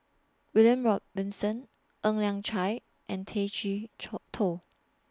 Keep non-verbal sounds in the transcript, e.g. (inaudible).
William Robinson Ng Liang Chiang and Tay Chee (unintelligible) Toh